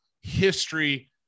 history